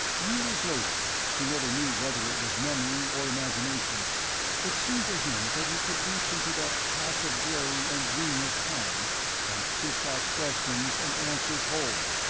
years later he never knew whether it was memory or imagination it seemed to him that he could reach into that patch of gray and dreamless time and fish out questions and answers whole,